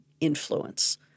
influence